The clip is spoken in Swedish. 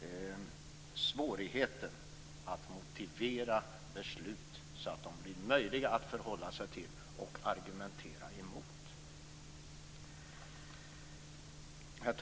dvs. svårigheten att motivera beslut så att de blir möjliga att förhålla sig till och argumentera mot. Herr talman!